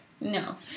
no